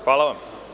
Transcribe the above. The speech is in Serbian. Hvala vam.